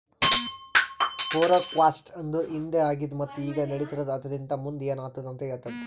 forecast ಅಂದುರ್ ಹಿಂದೆ ಆಗಿದ್ ಮತ್ತ ಈಗ ನಡಿತಿರದ್ ಆದರಲಿಂತ್ ಮುಂದ್ ಏನ್ ಆತ್ತುದ ಅಂತ್ ಹೇಳ್ತದ